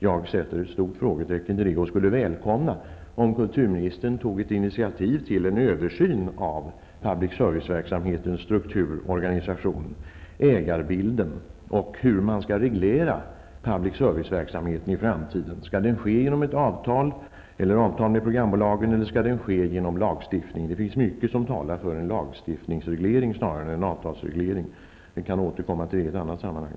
Jag sätter ett stort frågetecken för det och skulle välkomna om kulturministern tog ett initativ till en översyn av publicservice-verksamhetens struktur, organisation, ägarbild och hur man skall reglera publicservice-verksamheten i framtiden. Skall det ske genom ett avtal med programbolagen eller skall det ske genom lagstiftning? Det finns mycket som talar för en lagstiftningsreglering snarare än en avtalsreglering. Vi kan återkomma till det i annat sammanhang.